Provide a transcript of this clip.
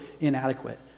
inadequate